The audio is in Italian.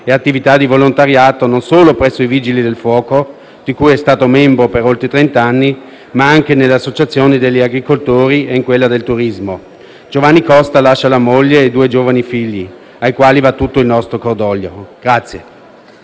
e attività di volontariato non solo presso i Vigili del fuoco, di cui è stato membro per oltre trent'anni, ma anche nelle associazioni degli agricoltori e in quella del turismo. Giovanni Costa lascia la moglie e due giovani figli, ai quali va tutto il nostro cordoglio.